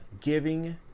giving